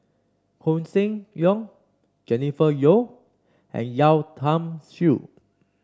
Koh Seng Leong Jennifer Yeo and Yeo Tiam Siew